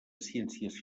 ciències